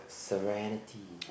serenity